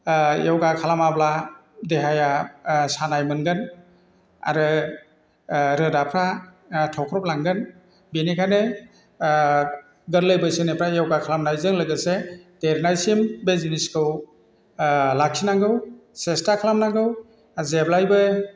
योगा खालामाब्ला देहाया सानाय मोनगोन आरो रोदाफ्रा थख्रब लांगोन बिनिखायनो गोरलै बैसोनिफ्राय योगा खालामनायजों लोगोसे देरनायसिम बे जिनिसखौ लाखिनांगौ सेस्था खालामनांगौ जेब्लायबो